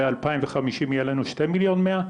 ב- 2050 יהיה לנו 2.1 מיליון,